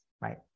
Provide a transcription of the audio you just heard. right